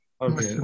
Okay